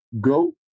Go